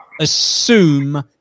assume